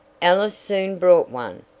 alice soon brought one,